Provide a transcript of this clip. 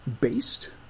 based